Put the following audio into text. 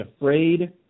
afraid